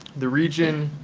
the region,